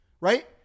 right